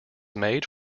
made